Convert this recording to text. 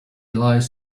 lies